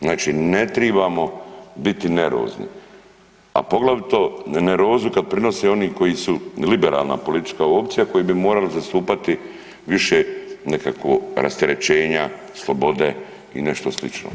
Znači ne tribamo biti nervozni, a poglavito nervozu kad prinose oni koji su liberalna politička opcija koji bi morali zastupati više nekakvog rasterećenja, slobode i nešto slično.